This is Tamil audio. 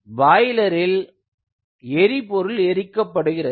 பாய்லரில் எரிபொருள் எரிக்கப்படுகிறது